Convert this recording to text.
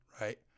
right